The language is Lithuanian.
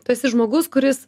tu esi žmogus kuris